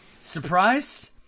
Surprise